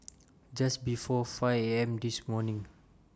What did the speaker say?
Just before five A M This morning